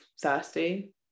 thirsty